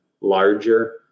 larger